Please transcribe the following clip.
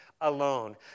alone